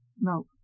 No